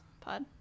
pod